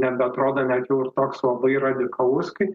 nebeatrodo net jau ir toks labai radikalus kai